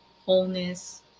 wholeness